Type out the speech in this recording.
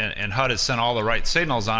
and hud has sent all the right signals, um